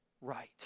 right